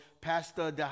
Pastor